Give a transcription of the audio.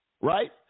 right